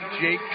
Jake